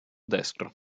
destro